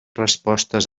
respostes